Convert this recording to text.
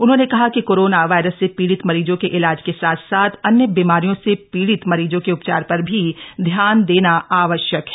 उन्होंने कहा कि कोरोना वायरस से पीड़ित मरीजों के इलाज के साथ साथ अन्य बीमारियों से पीड़ित मरीजों के उपचार पर भी ध्यान देना आवश्यक है